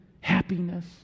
happiness